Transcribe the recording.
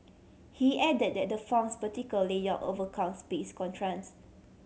he added that the farm's vertical layout overcomes space constraints